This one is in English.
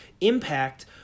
impact